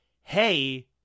hey